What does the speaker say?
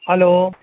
hello